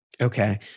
Okay